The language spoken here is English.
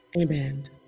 amen